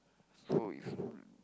so if